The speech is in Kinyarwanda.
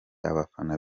abafana